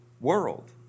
world